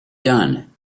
done